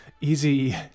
easy